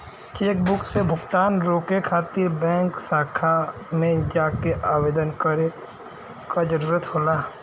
chequebook से भुगतान रोके खातिर बैंक शाखा में जाके आवेदन करे क जरुरत होला